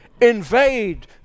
invade